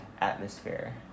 atmosphere